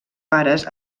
pares